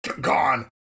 Gone